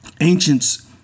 ancients